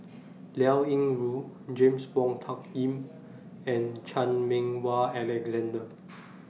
Liao Yingru James Wong Tuck Yim and Chan Meng Wah Alexander